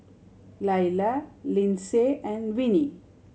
Laila Linsey and Vinnie